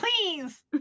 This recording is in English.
please